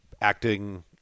acting